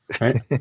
Right